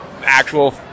actual